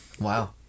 wow